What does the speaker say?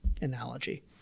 analogy